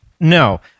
No